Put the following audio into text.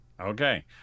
okay